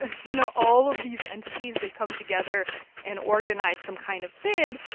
ah you know, all of these entities. they come together and organize some kind of bid.